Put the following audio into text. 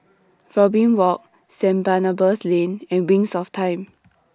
Robin Walk St Barnabas Lane and Wings of Time